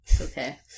Okay